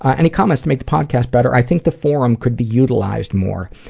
any comments to make the podcast better? i think the forum could be utilized more.